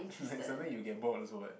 like sometime you'll get bored also what